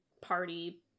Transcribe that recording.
party